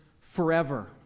forever